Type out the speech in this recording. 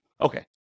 Okay